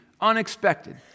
unexpected